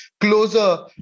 closer